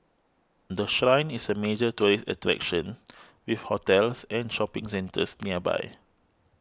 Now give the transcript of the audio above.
the Shrine is a major tourist attraction with hotels and shopping centres nearby